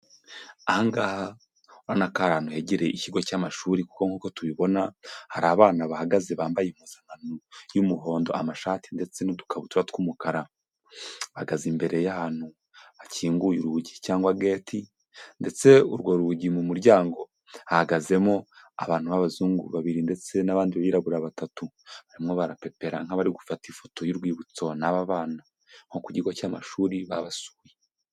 Aha ngaha urabona ko ari ahantu hegereye ikigo cy'amashuri kuko nkuko tubibona hari abana bahagaze bambaye impuzankano y'umuhondo, amashati ndetse n'udukabutura tw'umukara. Bahagaze imbere y'ahantu hakinguye urugi cyangwa gate ndetse urwo rugi mu muryango hahagazemo abantu b'abazungu babiri, ndetse n'abandi birabura batatu. Barimo barapepera nk'abari gufata ifoto y'urwibutso n'aba bana. Nko ku kigo cy'amashuri babasuye.